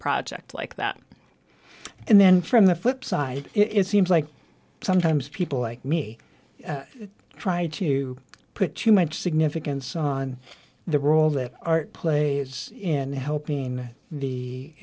project like that and then from the flip side it seems like sometimes people like me try to put too much significance on the role that art plays in helping